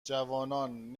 جوانان